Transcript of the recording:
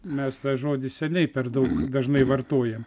mes tą žodį seniai per daug dažnai vartojam